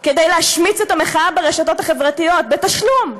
כדי להשמיץ את המחאה ברשתות החברתיות, בתשלום.